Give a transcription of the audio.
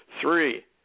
Three